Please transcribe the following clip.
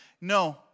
No